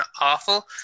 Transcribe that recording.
awful